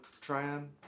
Tryon